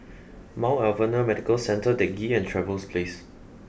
Mount Alvernia Medical Centre Teck Ghee and Trevose Place